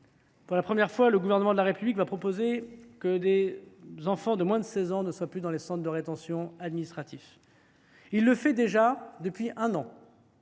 Pour la première fois, le Gouvernement de la République va proposer que les enfants de moins de 16 ans ne soient plus placés dans les centres de rétention administrative. En pratique, c’est ce